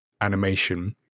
animation